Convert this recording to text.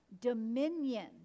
dominion